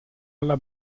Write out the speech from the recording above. alla